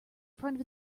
front